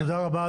תודה רבה,